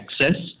access